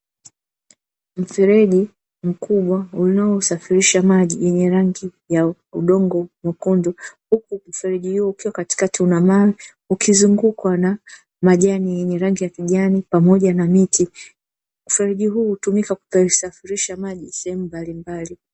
Mfereji mkubwa unaousafirisha maji yenye rangi ya udongo mwekundu, huku mfereji huu ukiwa katikati una mawe, ukizungukwa na majani yenye rangi ya kijani pamoja na miti. Mfereji huu hutumika kusafirisha maji sehemu mbalimbali.